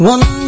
One